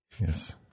Yes